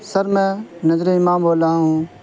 سر میں نذر امام بول رہا ہوں